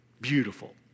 beautiful